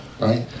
right